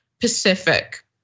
Pacific